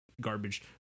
garbage